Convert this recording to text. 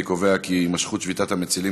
אני קובע כי ההצעה לסדר-היום: התמשכות שביתת המצילים,